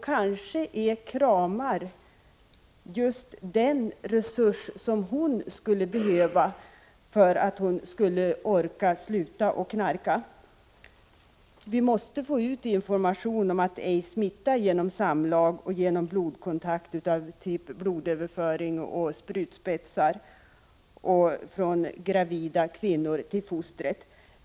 Kanske är kramar just den resurs som hon skulle behöva för att orka sluta att knarka. Vi måste få ut information om att aids smittar genom samlag och genom kontakt med blod, t.ex. vid blodöverföring. Smittan överförs också genom sprutspetsar, och den överförs från gravida kvinnor till foster.